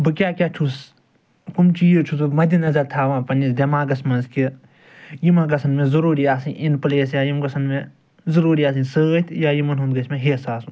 بہٕ کیٛاہ کیٛاہ چھُس کٔمۍ چیٖز چھُس بہٕ مَدٕنظر تھاوان پَنٛنِس دٮ۪ماغَس منٛز کہ یِم گژھَن مےٚ ضُروٗری آسٕنۍ اِن پٕلیس یا یِم گژھَن مےٚ ضُروٗری آسٕنۍ سۭتۍ یا یِمَن ہُنٛد گژھِ مےٚ ہٮ۪س آسُن